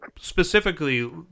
specifically